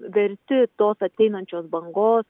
verti tos ateinančios bangos